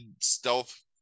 stealth